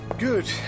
Good